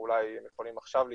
ואולי הם יכולים עכשיו להתייחס,